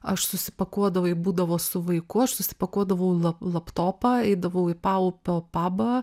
aš susipakuodavau ji būdavo su vaiku aš susipakuodavau laplaptopą eidavau į paupio pabą